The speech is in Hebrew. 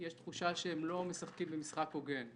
יש תחושה שהם לא משחקים במשחק הוגן,